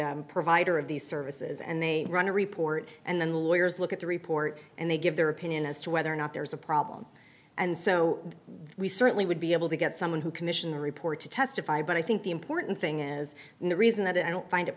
a provider of these services and they run a report and then lawyers look at the report and they give their opinion as to whether or not there's a problem and so we certainly would be able to get someone who commissioned a report to testify but i think the important thing is and the reason that i don't find it